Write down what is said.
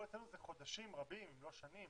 פה אצלנו זה חודשים רבים אם לא שנים.